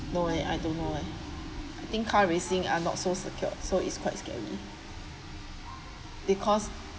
no eh I don't know eh I think car racing are not so secured so it's quite scary because